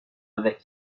avec